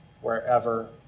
wherever